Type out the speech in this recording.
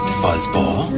fuzzball